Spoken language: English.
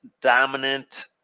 dominant